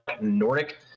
nordic